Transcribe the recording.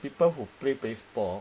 people who play baseball